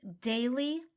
daily